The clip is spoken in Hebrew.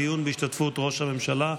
דיון בהשתתפות ראש הממשלה,